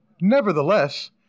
Nevertheless